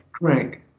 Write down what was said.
drink